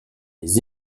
les